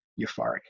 euphoric